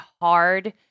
hard